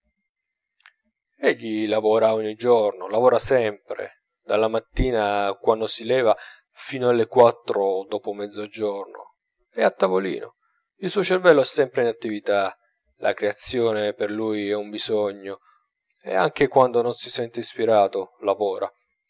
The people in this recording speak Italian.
continuò egli lavora ogni giorno lavora sempre dalla mattina quando si leva fino alle quattro dopo mezzogiorno è a tavolino il suo cervello è sempre in attività la creazione per lui è un bisogno e anche quando non si sente ispirato lavora